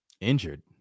Injured